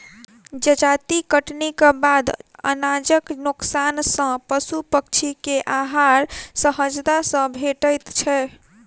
जजाति कटनीक बाद अनाजक नोकसान सॅ पशु पक्षी के आहार सहजता सॅ भेटैत छै